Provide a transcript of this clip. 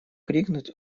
крикнуть